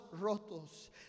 rotos